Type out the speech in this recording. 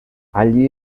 allí